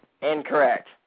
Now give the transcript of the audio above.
Incorrect